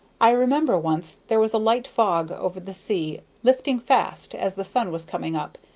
i remember once there was a light fog over the sea, lifting fast, as the sun was coming up,